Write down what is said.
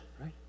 right